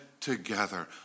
together